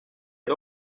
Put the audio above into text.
had